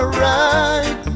right